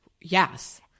Yes